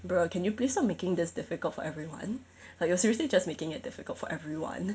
bruh can you please stop making this difficult for everyone like you're seriously just making it difficult for everyone